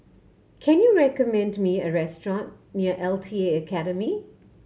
can you recommend me a restaurant near L T A Academy